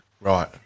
Right